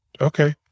okay